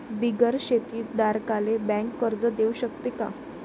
बिगर शेती धारकाले बँक कर्ज देऊ शकते का?